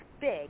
big